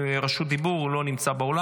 רשות דיבור לא נמצא באולם.